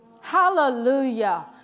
Hallelujah